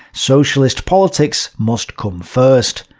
socialist politics must come first.